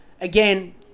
again